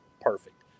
perfect